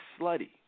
slutty